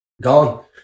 gone